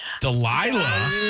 Delilah